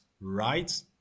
right